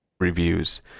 reviews